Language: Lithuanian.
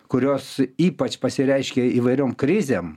kurios ypač pasireiškė įvairiom krizėm